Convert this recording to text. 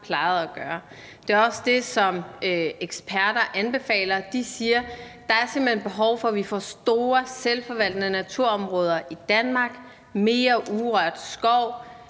plejer at gøre. Det er også det, eksperter anbefaler. De siger, at der simpelt hen er behov for, at vi får store selvforvaltende naturområder i Danmark, mere urørt skov